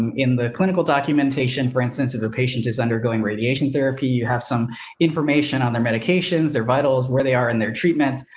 in the clinical documentation, for instance, if a patient is undergoing radiation therapy, you have some information on their medications, their vitals, where they are in their treatment.